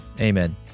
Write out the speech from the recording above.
Amen